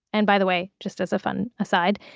and by the way, just as a fun aside.